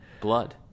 blood